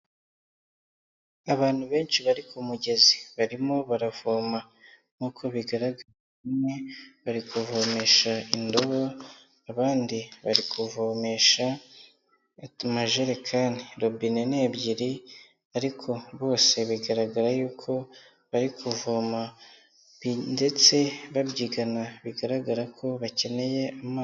Abantu benshi bari ku mugezi barimo baravoma. Nkuko bigaragara nyine, bari kuvomesha indobo abandi bari kuvomesha amajerekani. Robine ni ebyiri ariko bose bigaragara yuko bari kuvoma ndetse babyigana, bigaragara ko bakeneye amazi.